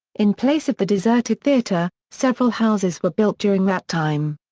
in place of the deserted theater, several houses were built during that time.